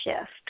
shift